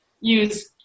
use